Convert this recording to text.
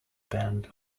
bend